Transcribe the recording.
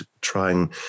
trying